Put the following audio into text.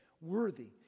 worthy